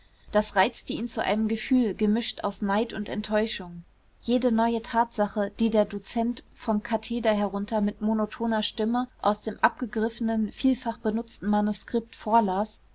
das reizte ihn zu einem gefühl gemischt aus neid und enttäuschung jede neue tatsache die der dozent vom katheder herunter mit monotoner stimme aus dem abgegriffenen vielfach benutzten manuskript vorlas